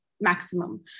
maximum